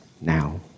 now